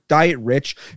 Dietrich